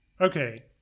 okay